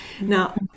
Now